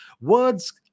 Words